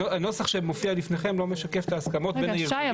הנוסח שמופיע בפניכם לא משקף את ההסכמות --- רגע שי,